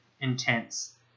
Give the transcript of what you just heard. intense